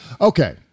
Okay